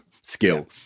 skill